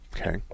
Okay